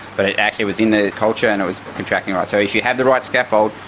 but it actually was in the culture and it was contracting right. so if you had the right scaffold,